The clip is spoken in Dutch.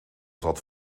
zat